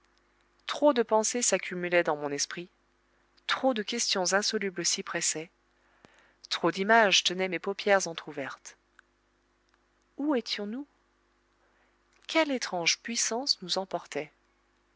trop de pensées s'accumulaient dans mon esprit trop de questions insolubles s'y pressaient trop d'images tenaient mes paupières entr'ouvertes où étions-nous quelle étrange puissance nous emportait